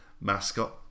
mascot